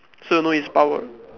so you know its power